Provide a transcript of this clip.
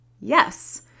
yes